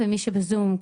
ומי שבזום,